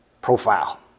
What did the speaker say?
profile